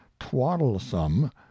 twaddlesome